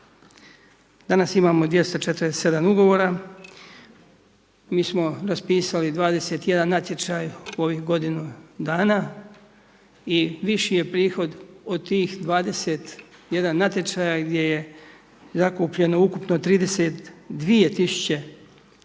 Danas imamo 247 ugovora, mi smo raspisali 21 natječaj u ovih godinu dana i viši je prihod od tih 21 natječaj gdje je zakupljeno ukupno 32 000 kvadrata